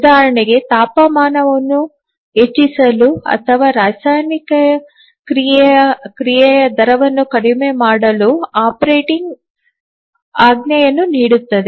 ಉದಾಹರಣೆಗೆ ತಾಪಮಾನವನ್ನು ಹೆಚ್ಚಿಸಲು ಅಥವಾ ರಾಸಾಯನಿಕ ಕ್ರಿಯೆಯ ದರವನ್ನು ಕಡಿಮೆ ಮಾಡಲು ಆಪರೇಟರ್ ಆಜ್ಞೆಯನ್ನು ನೀಡುತ್ತದೆ